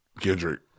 Kendrick